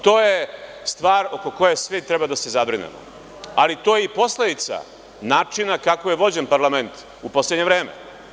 To je stvar oko koje svi treba da se zabrinemo, ali to je i posledica načina kako je vođen parlament u poslednje vreme.